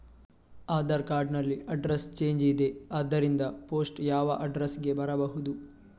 Aadhaar card ನಲ್ಲಿ address change ಇದೆ ಆದ್ದರಿಂದ ಪೋಸ್ಟ್ ಯಾವ ಅಡ್ರೆಸ್ ಗೆ ಬರಬಹುದು?